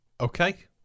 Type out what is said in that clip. Okay